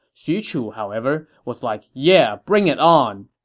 xu chu, however, was like, yeah, bring it on!